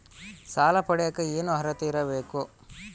ಸಾಲ ಪಡಿಯಕ ಏನು ಅರ್ಹತೆ ಇರಬೇಕು?